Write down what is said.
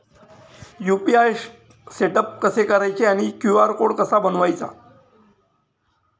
UPI setup कसे करायचे आणि क्यू.आर कोड कसा बनवायचा?